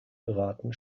beraten